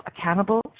accountable